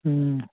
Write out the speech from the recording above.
ਹੂੰ